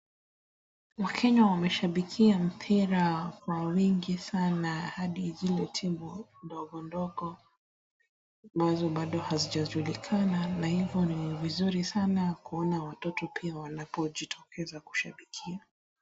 Wakenya wameshabikia mpira kwa wingi sana hadi zile timu ndogondogo ambazo hazijajulikana na hivo ni vizuri sana kuona watoto wanapojitokeza kushabikia.